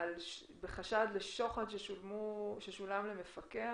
בחשד לשוחד ששולם למפקח,